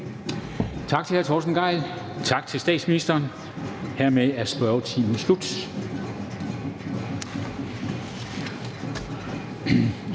Tak til hr. Torsten Gejl, og tak til statsministeren. Hermed er spørgetimen slut.